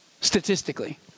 Statistically